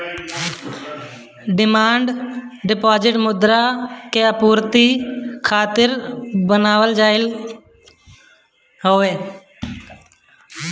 demand deposit मुद्रा बाजार के आपूर्ति खातिर बनावल गईल हवे